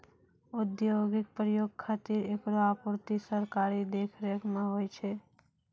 औद्योगिक प्रयोग खातिर एकरो आपूर्ति सरकारी देखरेख म होय छै